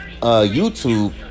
YouTube